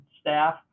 staff